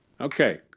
Okay